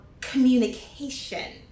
communication